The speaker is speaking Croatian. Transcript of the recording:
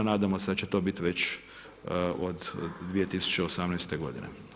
Nadamo se da će to biti već od 2018. godine.